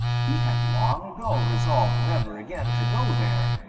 he had long ago resolved never again to go there,